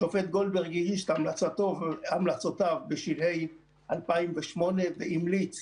השופט גולדברג הגיש את המלצותיו בשלהי 2008 והמליץ